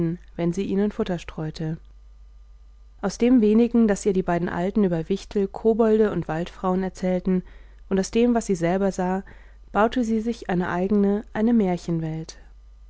wenn sie ihnen futter streute aus dem wenigen das ihr die beiden alten über wichtel kobolde und waldfrauen erzählten und aus dem was sie selber sah baute sie sich eine eigene eine